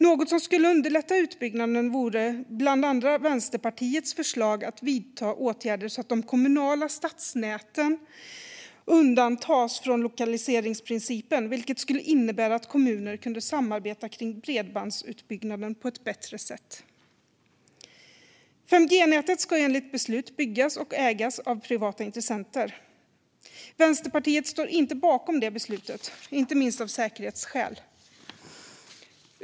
Något som skulle underlätta utbyggnaden vore bland annat Vänsterpartiets förslag att vidta åtgärder så att de kommunala stadsnäten undantas från lokaliseringsprincipen, vilket skulle innebära att kommuner kunde samarbeta kring bredbandsutbyggnaden på ett bättre sätt. 5G-nätet ska enligt beslut byggas och ägas av privata intressenter. Vänsterpartiet står inte bakom det beslutet, inte minst av säkerhetsskäl.